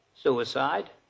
suicide